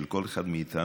של כל אחד מאיתנו,